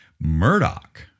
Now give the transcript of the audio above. Murdoch